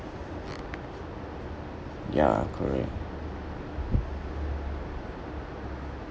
ya correct